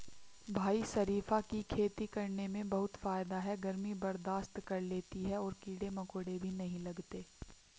भाई शरीफा की खेती करने में बहुत फायदा है गर्मी बर्दाश्त कर लेती है और कीड़े मकोड़े भी नहीं लगते